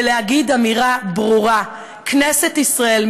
ולהגיד אמירה ברורה: כנסת ישראל,